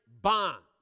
bond